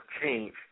change